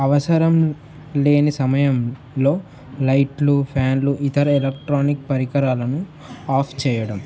అవసరం లేని సమయంలో లైట్లు ఫ్యాన్లు ఇతర ఎలక్ట్రానిక్ పరికరాలను ఆఫ్ చేయడం